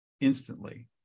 instantly